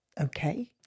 Okay